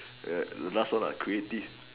eh the last one ah creative